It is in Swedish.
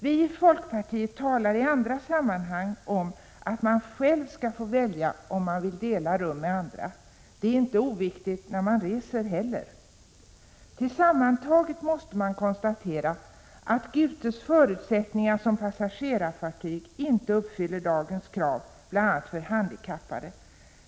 Vi i folkpartiet talar i andra sammanhang om att man själv skall få välja om man vill dela rum med andra. Det är inte heller oviktigt när man reser. Tillsammantaget måste man konstatera att Gute som passagerarfartyg inte uppfyller dagens krav, bl.a. för handikappade.